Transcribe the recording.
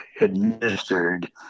administered